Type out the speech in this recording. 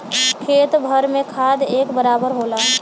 खेत भर में खाद एक बराबर होला